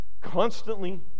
Constantly